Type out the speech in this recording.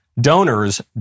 Donors